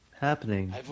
Happening